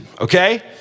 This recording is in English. okay